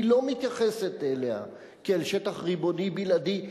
היא לא מתייחסת אליה כאל שטח ריבוני בלעדי,